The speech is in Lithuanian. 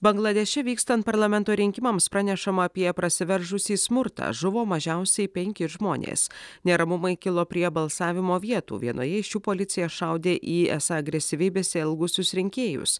bangladeše vykstant parlamento rinkimams pranešama apie prasiveržusį smurtą žuvo mažiausiai penki žmonės neramumai kilo prie balsavimo vietų vienoje iš jų policija šaudė į esą agresyviai besielgusius rinkėjus